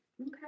Okay